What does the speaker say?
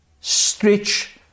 stretch